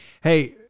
Hey